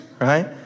right